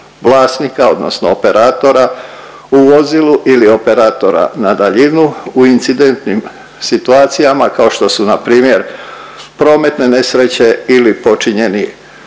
vlasnika odnosno operatora u vozilu ili operatora na daljinu u incidentnim situacijama kao što su npr. prometne nesreće ili počinjeni